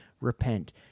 Repent